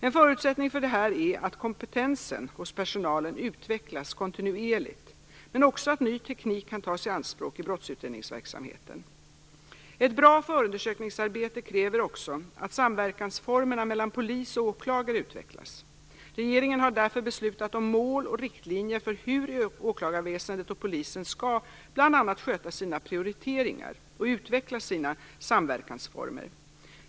En förutsättning för detta är att kompetensen hos personalen utvecklas kontinuerligt, men också att ny teknik kan tas i anspråk i brottsutredningsverksamheten. Ett bra förundersökningsarbete kräver också att samverkansformerna mellan polis och åklagare utvecklas. Regeringen har därför beslutat om mål och riktlinjer för hur åklagarväsendet och polisen bl.a. skall sköta sina prioriteringar och utveckla sina samverkansformer.